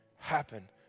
happen